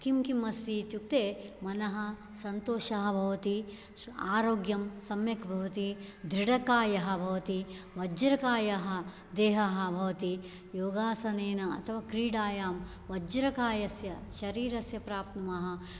किं किम् अस्ति इत्युक्ते मनः सन्तोषः भवति आरोग्यं सम्यक् भवति दृढकायः भवति वज्रकायः देहः भवति योगासनेन अथवा क्रीडायां वज्रकायस्य शरीरस्य प्राप्नुमः